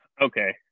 Okay